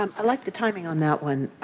um i like the timing on that one.